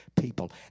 people